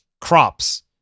crops